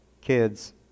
kids